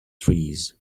trees